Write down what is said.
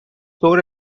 دور